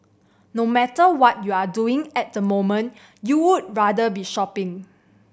no matter what you're doing at the moment you'd rather be shopping